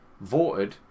voted